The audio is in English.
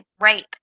rape